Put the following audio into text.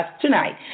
tonight